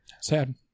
Sad